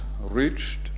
reached